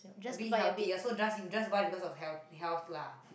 a bit healthier so just you just buy because of health health lah